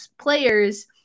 players